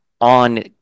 on